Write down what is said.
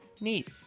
Neat